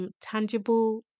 tangible